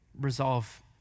resolve